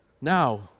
Now